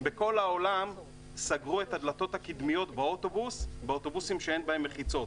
בכל העולם סגרו את הדלתות הקדמיות באוטובוס באוטובוסים שאין בהם מחיצות.